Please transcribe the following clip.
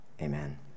Amen